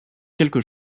quelques